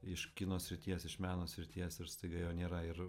iš kino srities iš meno srities ir staiga jo nėra ir